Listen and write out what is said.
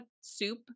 soup